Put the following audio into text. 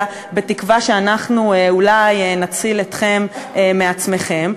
בתקווה שאנחנו אולי נציל אתכם מעצמכם.